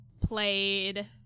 played